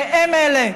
והם אלה